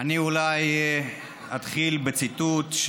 אני אולי אתחיל בציטוט,